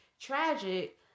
tragic